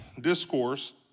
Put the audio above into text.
discourse